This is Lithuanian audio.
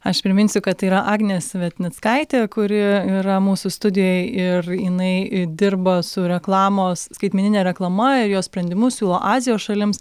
aš priminsiu kad yra agnė svetnickaitė kuri yra mūsų studijoj ir jinai dirba su reklamos skaitmenine reklama ir jos sprendimus siūlo azijos šalims